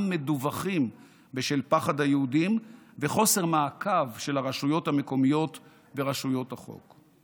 מדווחים בשל פחד היהודים וחוסר מעקב של הרשויות המקומיות ורשויות החוק.